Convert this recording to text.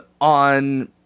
on